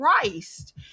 Christ